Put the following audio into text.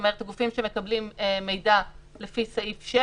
כלומר הגופים שמקבלים מידע לפי סעיף 6